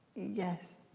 yes.